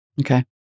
Okay